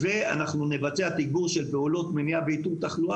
נבצע תגבור של פעולות מניעה ואיתור תחלואה